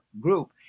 group